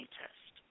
test